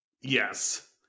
Yes